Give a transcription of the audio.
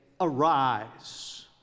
Arise